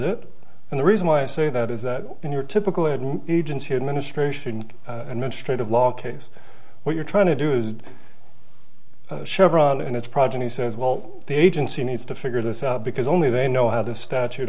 it and the reason why i say that is that in your typical agency administration administrate of law case what you're trying to do is chevron and its progeny says well the agency needs to figure this out because only they know how this statute